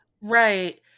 Right